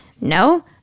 No